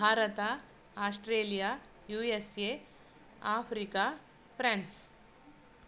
Bharata Australia U S A Africa France